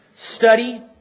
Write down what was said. study